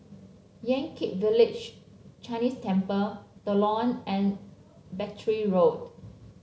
Yan Kit Village Chinese Temple The Lawn and Battery Road